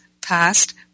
past